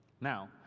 Now